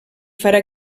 farà